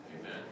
Amen